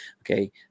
Okay